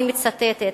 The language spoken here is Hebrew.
אני מצטטת,